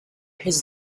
his